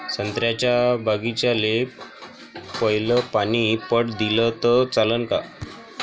संत्र्याच्या बागीचाले पयलं पानी पट दिलं त चालन का?